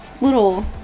little